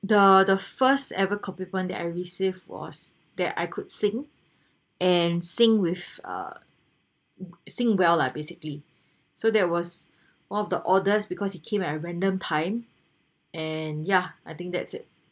the the first ever compliment that I received was that I could sing and sing with ah sing well lah basically so there was one of the orders because he came at random time and yeah I think that's it